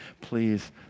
Please